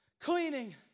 cleaning